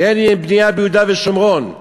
אין בנייה ביהודה ושומרון.